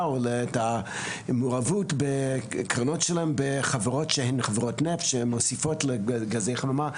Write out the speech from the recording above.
או את המעורבות בקרנות שלהם בחברות שהן חברות נפט שמוסיפות לגזי החממה.